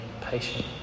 patient